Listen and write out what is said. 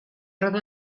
rodó